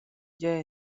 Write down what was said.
gie